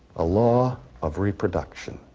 a law of reproduction.